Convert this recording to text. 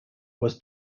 was